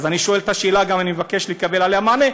אז אני שואל את השאלה וגם אני מבקש לקבל עליה מענה,